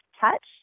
touch